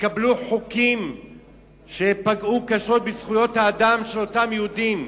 נתקבלו חוקים שפגעו קשות בזכויות האדם של אותם יהודים.